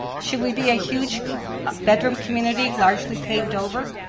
should we be a huge veteran community, largely paved over?